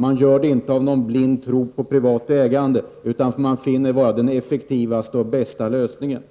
Det sker inte på grund av någon blind tro på privat ägande, utan därför att man finner det vara den effektivaste och bästa lösningen.